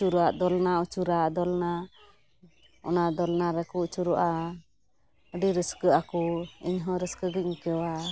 ᱟᱹᱪᱩᱨᱟᱜ ᱫᱳᱞᱱᱟ ᱟᱹᱪᱩᱨᱟᱜ ᱫᱳᱞᱱᱟ ᱚᱱᱟ ᱫᱳᱞᱱᱟᱨᱮ ᱠᱩ ᱟᱹᱪᱩᱨᱚᱜᱼᱟ ᱟᱹᱰᱤ ᱨᱟᱹᱥᱠᱟᱹᱟᱠᱩ ᱤᱧᱦᱚᱸ ᱨᱟᱹᱥᱠᱟᱹᱜᱮᱧ ᱟᱹᱭᱠᱟᱹᱣᱟ